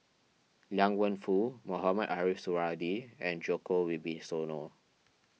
Liang Wenfu Mohamed Ariff Suradi and Djoko Wibisono